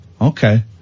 Okay